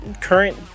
current